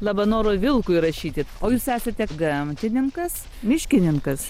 labanoro vilkui rašyti o jūs esate gamtininkas miškininkas